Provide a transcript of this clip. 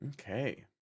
Okay